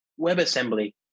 WebAssembly